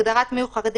הגדרת מיהו חרדי,